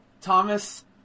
Thomas